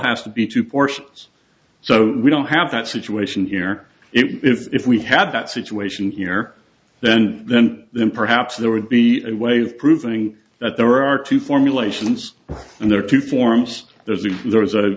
has to be two portions so we don't have that situation here it is if we had that situation here then then then perhaps there would be a way of proving that there are two formulations and there are two forms there's a there is a